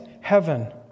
heaven